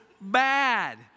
bad